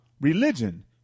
religion